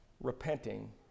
repenting